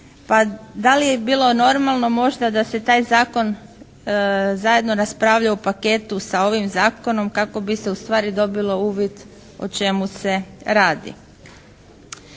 Pa da li je bilo normalno možda da se taj zakon zajedno raspravlja u paketu sa ovim zakonom kako bi se ustvari dobilo uvid o čemu se radi?